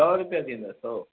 सौ रुपिया थींदुव सौ